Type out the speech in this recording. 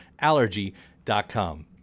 Allergy.com